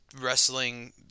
wrestling